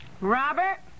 Robert